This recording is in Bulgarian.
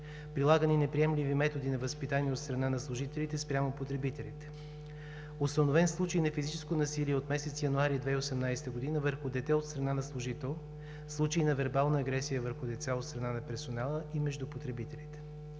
прилагане неприемливи методи на възпитание от страна на служителите спрямо потребителите; установен случай на физическо насилие от месец януари 2018 г. върху дете от страна на служител; случаи на вербална агресия върху деца от страна на персонала и между потребителите;